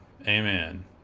Amen